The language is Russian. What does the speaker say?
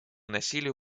насилию